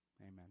Amen